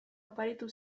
oparitu